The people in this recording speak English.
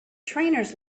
trainers